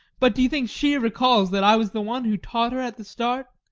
but do you think she recalls that i was the one who taught her at the start?